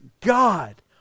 God